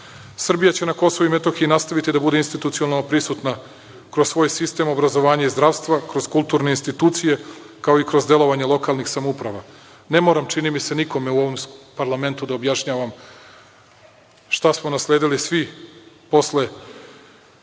će na Kosovu i Metohiji nastaviti da bude institucionalno prisutna kroz svoj sistem obrazovanja i zdravstva, kroz kulturne institucije, kao i kroz delovanje lokalnih samouprava. Ne moram, čini mi se, nikome u ovom parlamentu da objašnjavam šta smo nasledili svi posle